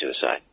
suicide